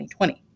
2020